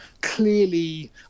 clearly